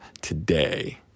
today